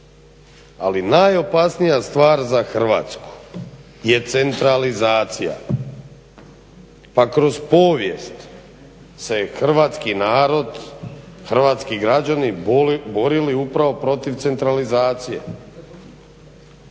Ali najopasnija stvar za Hrvatsku je centralizacija, pa kroz povijest se hrvatski narod, hrvatski građani borili upravo protiv centralizacije.